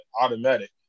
automatic